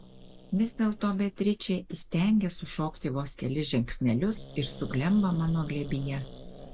vis dėlto beatričė įstengia sušokti vos kelis žingsnelius ir suglemba mano glėbyje